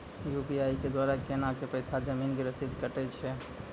UPI के द्वारा केना कऽ पैसा जमीन के रसीद कटैय छै?